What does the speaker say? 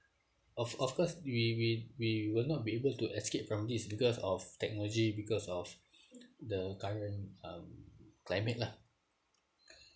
of of course we we we will not be able to escape from this because of technology because of the current um climate lah